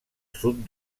sud